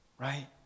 right